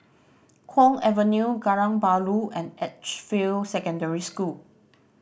Kwong Avenue Kallang Bahru and Edgefield Secondary School